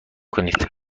کنید